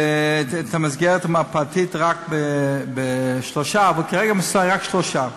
במסגרת המרפאתית רק שלושה, כרגע מסיימים רק שלושה.